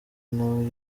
nawe